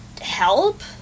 help